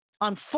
on